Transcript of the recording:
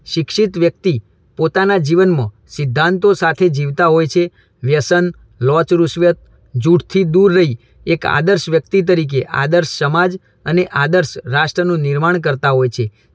શિક્ષિત વ્યક્તિ પોતાનાં જીવનમાં સિદ્ધાંતો સાથે જીવતા હોય છે વ્યસન લાંચ રુશ્ચત જૂઠથી દૂર રહી એક આદર્શ વ્યક્તિ તરીકે આદર્શ સમાજ અને આદર્શ રાષ્ટ્રનું નિર્માણ કરતા હોય છે